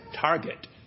Target